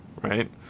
right